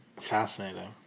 Fascinating